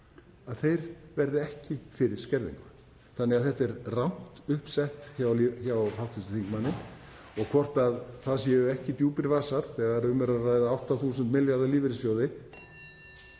upp, verði ekki fyrir skerðingu. Þannig að þetta er rangt upp sett hjá hv. þingmanni. Og hvort það séu ekki djúpir vasar þegar um er að ræða 8.000 milljarða lífeyrissjóði